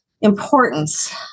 importance